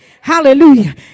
Hallelujah